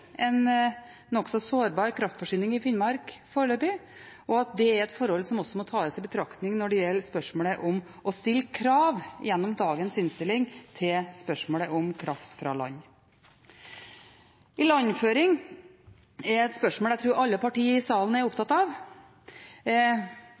et forhold som må tas i betraktning når det gjelder spørsmålet om å stille krav gjennom dagens innstilling til spørsmålet om kraft fra land. Ilandføring er et spørsmål jeg tror alle partier i salen er